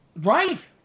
Right